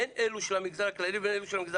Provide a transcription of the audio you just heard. הן אלה של המגזר הכללי והן אלה של המגזר